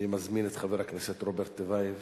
אני מזמין את חבר הכנסת רוברט טיבייב